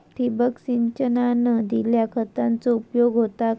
ठिबक सिंचनान दिल्या खतांचो उपयोग होता काय?